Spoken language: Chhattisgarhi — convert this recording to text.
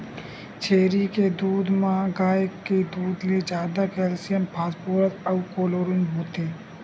छेरी के दूद म गाय के दूद ले जादा केल्सियम, फास्फोरस अउ क्लोरीन होथे